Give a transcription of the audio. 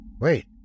Wait